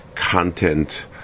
content